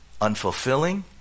unfulfilling